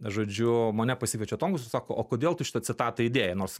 žodžiu mane pasikviečia tomkus ir sako o kodėl tu šitą citatą idėjai nors